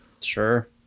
Sure